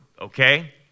Okay